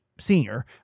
senior